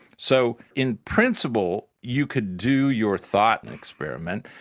so in principle you could do your thought and experiment,